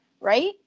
right